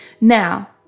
Now